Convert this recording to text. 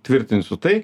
tvirtinsiu tai